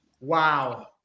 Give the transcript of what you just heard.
Wow